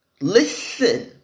Listen